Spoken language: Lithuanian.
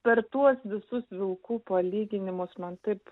per tuos visus vilkų palyginimus man taip